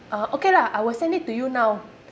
uh okay lah I will send it to you now